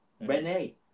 Rene